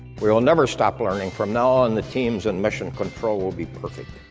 we will never stop learning. from now on the teams in mission control will be perfect.